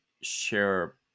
share